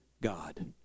God